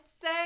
say